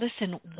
listen